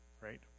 right